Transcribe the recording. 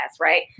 right